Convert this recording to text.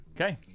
Okay